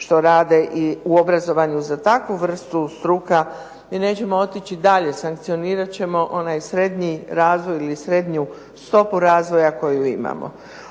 što rade i u obrazovanju za takvu vrstu struka. I nećemo otići dalje, sankcionirat ćemo onaj srednji razvoj ili srednju stopu razvoja koju imamo.